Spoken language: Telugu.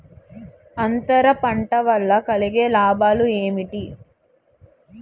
అంతర పంట వల్ల కలిగే లాభాలు ఏంటి